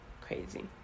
crazy